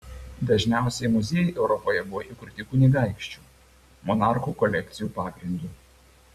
dažniausiai muziejai europoje buvo įkurti kunigaikščių monarchų kolekcijų pagrindu